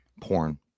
Porn